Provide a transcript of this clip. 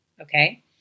okay